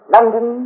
London